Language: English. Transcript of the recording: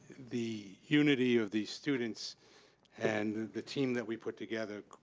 the unity of the students and the team that we put together,